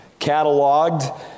cataloged